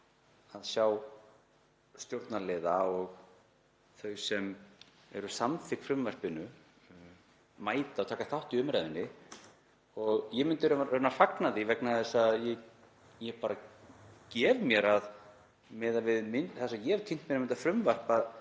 að sjá stjórnarliða og þau sem eru samþykk frumvarpinu mæta og taka þátt í umræðunni. Ég myndi raunar fagna því vegna þess að ég gef mér, miðað við það sem ég hef kynnt mér um þetta frumvarp,